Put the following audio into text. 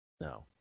No